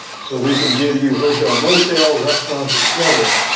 so we can give you hotel, motel, restaurants etcetera.